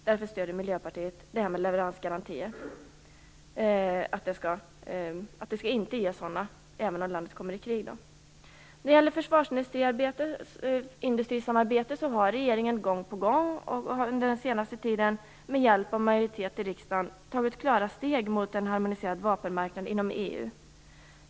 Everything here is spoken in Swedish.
Därför stöder Miljöpartiet att det inte skall ges leveransgarantier även om landet kommer i krig. När det gäller försvarsindustrisamarbetet har regeringen gång på gång under den senaste tiden med hjälp av en majoritet i riksdagen tagit klara steg mot en harmoniserad vapenmarknad inom EU.